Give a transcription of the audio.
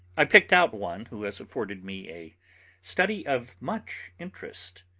i picked out one who has afforded me a study of much interest.